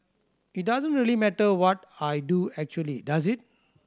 it doesn't really matter what I do actually does it